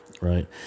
right